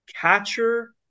catcher